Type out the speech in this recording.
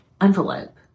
envelope